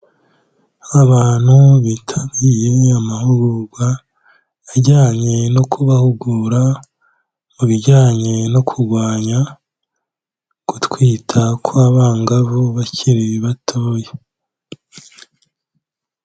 Abantu bitabiriye ayo mahugurwa, ajyanye no kubahugura mu bijyanye no kurwanya gutwita kw'abangavu bakiri batoya.